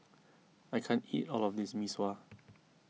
I can't eat all of this Mee Sua